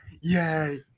yay